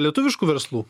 lietuviškų verslų